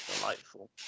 delightful